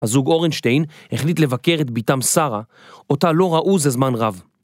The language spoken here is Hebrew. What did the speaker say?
הזוג אורנשטיין החליט לבקר את בתם שרה, אותה לא ראו זה זמן רב.